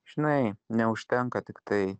žinai neužtenka tiktai